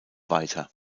weiter